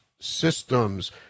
systems